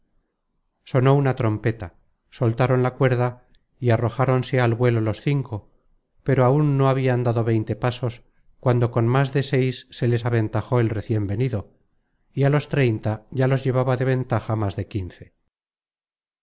sono una trompeta soltaron la cuerda y arrojáronse al vuelo los cinco pero aun no habrian dado veinte pasos cuando con más de seis se les aventajó el recien venido y á los treinta ya los llevaba de ventaja más de quince